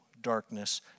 Darkness